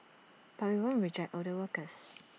but we won't reject older workers